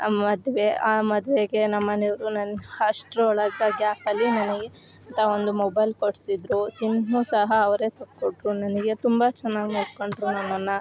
ಮದುವೆ ಆ ಮದುವೆಗೆ ನಮ್ಮ ಮನೆಯವ್ರು ನನ್ನ ಅಷ್ಟರ ಒಳಗೆ ಗ್ಯಾಪಲ್ಲಿ ನನಗೆ ಅಂತ ಒಂದು ಮೊಬೈಲ್ ಕೊಡಿಸಿದ್ರು ಸಿಮ್ಮು ಸಹ ಅವರೇ ತಕ್ಕೊಟ್ರು ನನಗೆ ತುಂಬ ಚೆನ್ನಾಗ್ ನೋಡಿಕೊಂಡ್ರು ನನ್ನನ್ನು